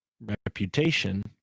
reputation